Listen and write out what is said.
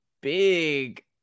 big